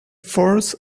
force